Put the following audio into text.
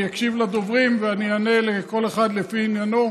אני אקשיב לדוברים, ואני אענה לכל אחד לפי עניינו,